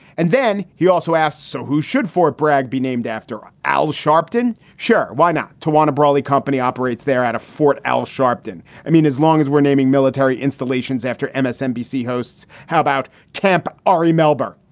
and then he also asked, so who should fort bragg be named after? ah al sharpton. sure. why not? tawana brawley company operates there at a fort. al sharpton, i mean, as long as we're naming military installations after msnbc hosts. how about camp ari melber,